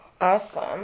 Awesome